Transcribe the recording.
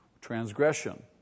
Transgression